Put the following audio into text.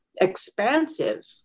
expansive